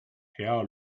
hea